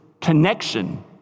connection